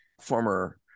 former